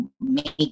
make